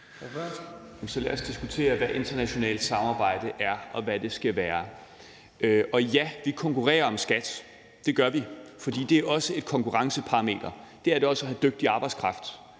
lad os diskutere, hvad internationalt samarbejde er, og hvad det skal være. Ja, vi konkurrerer om skat. Det gør vi, for det er også et konkurrenceparameter. Det er det også at have dygtig arbejdskraft.